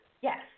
Yes